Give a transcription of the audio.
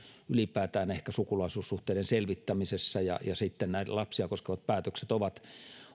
ylipäätään sukulaisuussuhteiden selvittäminen ja sitten lapsia koskevat päätökset ovat